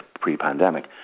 pre-pandemic